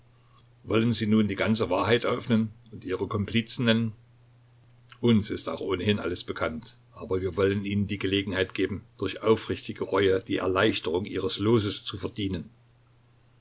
wollen sie nun die ganze wahrheit eröffnen und ihre komplizen nennen uns ist auch ohnehin alles bekannt aber wir wollen ihnen die gelegenheit geben durch aufrichtige reue die erleichterung ihres loses zu verdienen